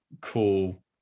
cool